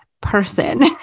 person